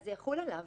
זה יחול עליו.